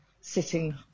sitting